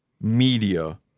media